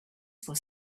was